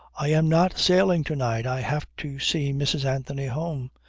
i am not sailing to-night. i have to see mrs. anthony home.